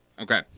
Okay